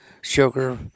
sugar